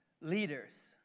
leaders